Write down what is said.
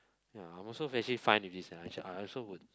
ya I'm also basically fine with this sia actually I also would